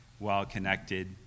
well-connected